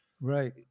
right